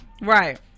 Right